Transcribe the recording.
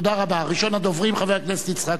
ראשון הדוברים, חבר הכנסת יצחק הרצוג.